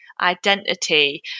identity